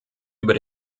über